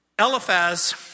Eliphaz